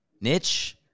Niche